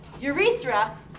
urethra